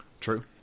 True